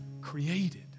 created